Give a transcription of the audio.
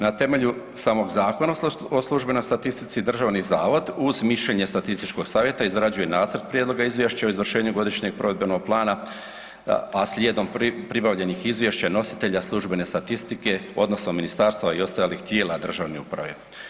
Na temelju samog Zakona o službenoj statistici, državni zavod uz mišljenje statističkog savjeta izrađuje nacrt prijedloga izvješća o izvršenju godišnjeg provedbenog plana, a slijedom pribavljenih izvješća nositelja službene statistike odnosno ministarstva i ostalih tijela državne uprave.